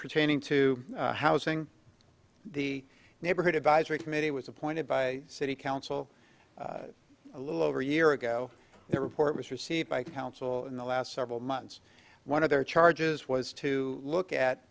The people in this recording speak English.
pertaining to housing the neighborhood advisory committee was appointed by city council a little over a year ago their report was received by council in the last several months one of their charges was to look at